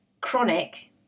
chronic